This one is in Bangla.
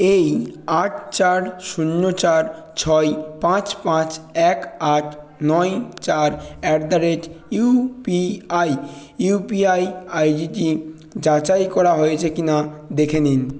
এই আট চার শূন্য চার ছয় পাঁচ পাঁচ এক আট নয় চার at the rate UPI UPI আইডিটি যাচাই করা হয়েছে কিনা দেখে নিন